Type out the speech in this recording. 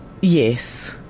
Yes